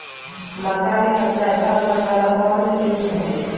मक्का के सबसे अच्छा उपज वाला कौन किस्म होई?